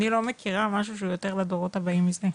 אני לא מכירה משהו שהוא יותר לדורות הבאים מזה.